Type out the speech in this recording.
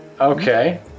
Okay